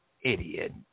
idiot